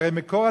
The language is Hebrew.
והרי מקור,